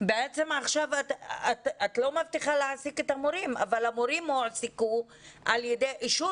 את לא מבטיחה להעסיק את המורים אבל המורים הועסקו על ידי אישור